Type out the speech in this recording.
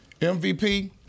MVP